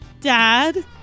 Dad